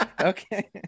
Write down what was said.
Okay